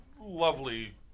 lovely